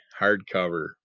hardcover